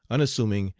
unassuming,